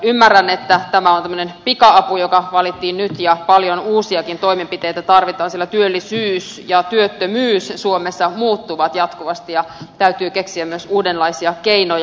ymmärrän että tämä on tämmöinen pika apu joka valittiin nyt ja paljon uusiakin toimenpiteitä tarvitaan sillä työllisyys ja työttömyys suomessa muuttuvat jatkuvasti ja täytyy keksiä myös uudenlaisia keinoja